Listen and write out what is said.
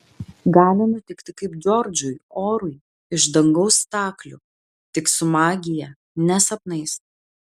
gali nutikti kaip džordžui orui iš dangaus staklių tik su magija ne sapnais